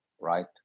right